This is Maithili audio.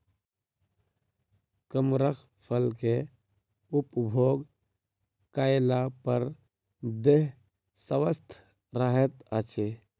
कमरख फल के उपभोग कएला पर देह स्वस्थ रहैत अछि